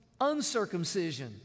uncircumcision